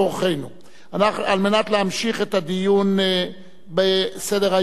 על מנת להמשיך את הדיון בסדר-היום: החלטת